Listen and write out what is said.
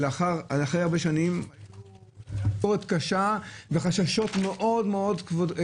שלאחר הרבה שנים היתה ביקורת כבדה וחששות מאוד כבדים.